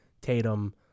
Tatum